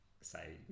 say